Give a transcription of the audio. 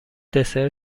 دسر